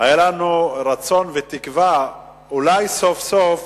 היו לנו רצון ותקווה שאולי סוף-סוף